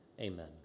Amen